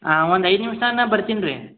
ಹಾಂ ಒಂದು ಐದು ನಿಮಿಷ್ನಾಗ ನಾ ಬರ್ತೀನಿ ರೀ